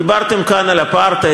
דיברתם כאן על אפרטהייד,